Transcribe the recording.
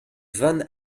van